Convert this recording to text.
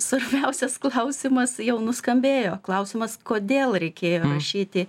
svarbiausias klausimas jau nuskambėjo klausimas kodėl reikėjo rašyti